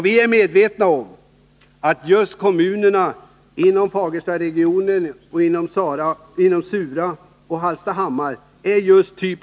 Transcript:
Vi är medvetna om att sådant stöd är befogat i just kommunerna inom Fagerstaregionen samt i Surahammar och Hallstahammar.